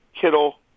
Kittle